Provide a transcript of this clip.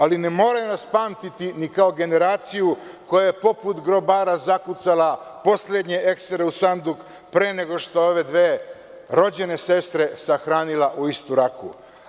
Ali, ne moraju nas pamtiti ni kao generaciju koja je poput grobara zakucala poslednje eksere u sanduk pre nego što je ove dve rođene sestre sahranila u istu raku.